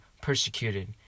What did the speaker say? persecuted